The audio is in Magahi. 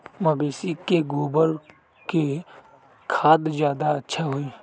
मवेसी के गोबर के खाद ज्यादा अच्छा होई?